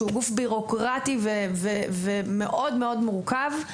שהוא גוף בירוקרטי ומאוד מורכב,